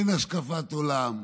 אין השקפת עולם,